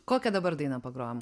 kokią dabar dainą pagrojam